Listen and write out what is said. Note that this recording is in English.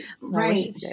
right